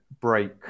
break